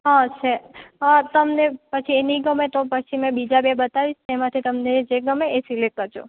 હા છે હા તમને પછી એ નહીં ગમે તો પછી મેં બીજા બે બતાવીસ પછી એમાંથી તમને જે ગમે એ સિલેક્ટ કરજો